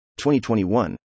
2021